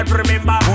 remember